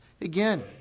again